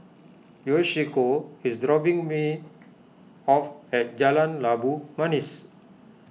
Yoshiko is dropping me off at Jalan Labu Manis